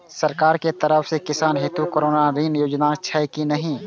सरकार के तरफ से किसान हेतू कोना ऋण योजना छै कि नहिं?